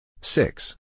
six